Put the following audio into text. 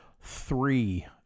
Three